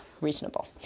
reasonable